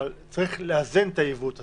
אבל צריך לאזן את העיוות הזה,